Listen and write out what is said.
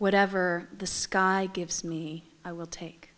whatever the sky gives me i will take